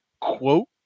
quote